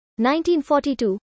1942